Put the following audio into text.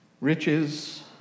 Riches